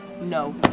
no